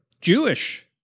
Jewish